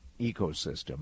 ecosystem